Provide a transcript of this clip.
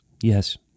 Yes